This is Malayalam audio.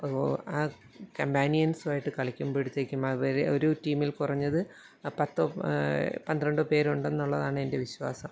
അപ്പോൾ ആ കമ്പാനിയൻസുമായിട്ട് കളിക്കുമ്പോഴത്തേക്കും അവരെ ഒരു ടീമിൽ കുറഞ്ഞത് പത്തോ പന്ത്രണ്ടോ പേരുണ്ടെന്നുള്ളതാണെന്റെ വിശ്വാസം